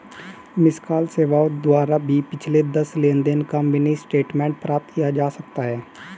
miss call सेवाओं द्वारा भी पिछले दस लेनदेन का मिनी स्टेटमेंट प्राप्त किया जा सकता है